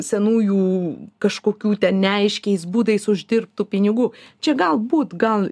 senųjų kažkokių ten neaiškiais būdais uždirbtų pinigų čia galbūt gal